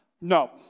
no